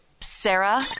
Sarah